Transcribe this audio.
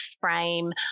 frame